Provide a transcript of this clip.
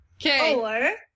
Okay